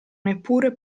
neppure